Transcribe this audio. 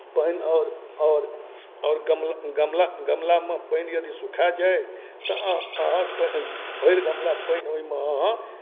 पानि आओर आओर आओर गम् गमला गमला गमलामे पानि यदि सुखा जाय तऽ अहाँ अहाँ पानि भरि गमला पानि ओहिमे अहाँ